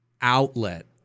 outlet